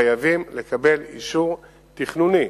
חייבים לקבל אישור תכנוני.